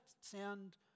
sound